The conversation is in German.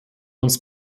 uns